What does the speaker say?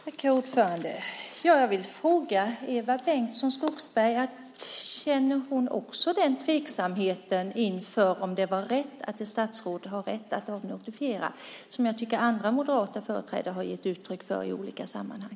Herr talman! Jag vill fråga Eva Bengtson Skogsberg om hon känner tveksamhet inför frågan om ett statsråd har rätt att avnotifiera. En sådan tveksamhet tycker jag att andra moderata företrädare har gett uttryck för i olika sammanhang.